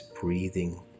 breathing